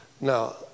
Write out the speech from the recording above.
Now